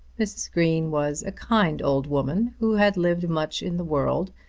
mrs. green was a kind old woman, who had lived much in the world,